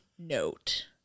note